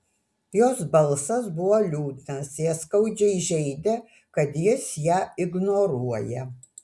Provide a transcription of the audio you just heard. jos balsas buvo liūdnas ją skaudžiai žeidė kad jis ją ignoruoja